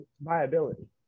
viability